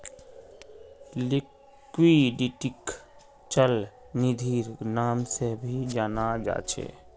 लिक्विडिटीक चल निधिर नाम से भी जाना जा छे